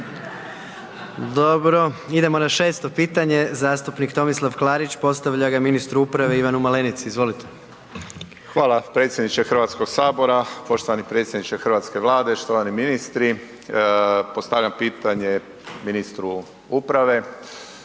Dobro. Idemo na 6. pitanje, zastupnik Tomislav Klarić postavlja ga ministru uprave, Ivanu Malenici, izvolite. **Klarić, Tomislav (HDZ)** Hvala vam predsjedniče HS-a. Poštovani predsjedniče hrvatske Vlade, štovani ministri. Postavljam pitanje ministru uprave.